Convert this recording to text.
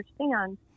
understand